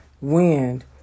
wind